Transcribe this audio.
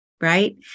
right